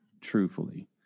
truthfully